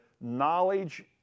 knowledge